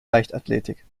leichtathletik